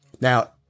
Now